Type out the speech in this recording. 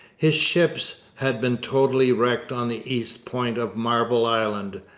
his ships had been totally wrecked on the east point of marble island,